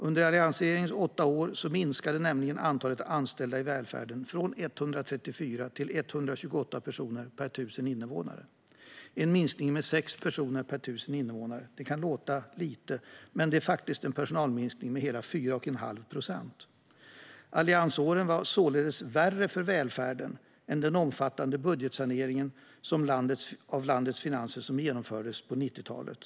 Under alliansregeringens åtta år minskade nämligen antalet anställda i välfärden från 134 till 128 personer per 1 000 invånare. Det var en minskning med 6 personer per 1 000 invånare. Det kan låta lite, men det var en personalminskning med hela 4 1⁄2 procent. Alliansåren var således värre för välfärden än den omfattande budgetsanering av landets finanser som genomfördes på 90-talet.